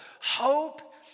hope